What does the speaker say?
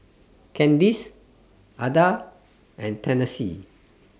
Candyce Adah and Tennessee